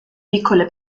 piccole